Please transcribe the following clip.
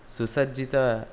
सुसज्जित